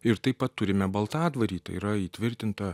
ir taip pat turime baltadvarį tai yra įtvirtinta